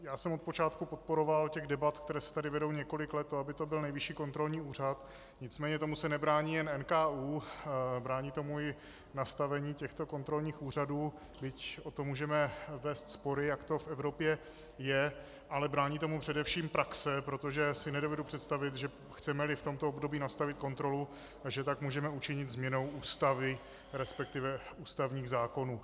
Já jsem od počátku podporoval u debat, které se tady vedou několik let, aby to byl Nejvyšší kontrolní úřad, nicméně tomu se nebrání jen NKÚ, brání tomu i nastavení těchto kontrolních úřadů, byť o tom můžeme vést spory, jak to v Evropě je, ale brání tomu především praxe, protože si nedovedu představit, že chcemeli v tomto období nastavit kontrolu, že tak můžeme učinit změnou Ústavy, resp. ústavních zákonů.